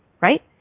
Right